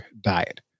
diet